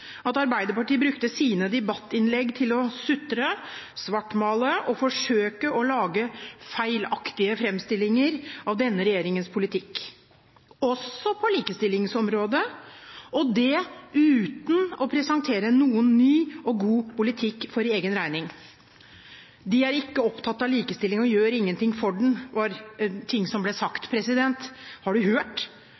at Arbeiderpartiet brukte sine debattinnlegg til å sutre, svartmale og forsøke å lage feilaktige framstillinger av denne regjeringens politikk, også på likestillingsområdet, og det uten å presentere noen ny og god politikk for egen regning. De er ikke opptatt av likestilling og gjør ingenting for den, var ting som ble sagt.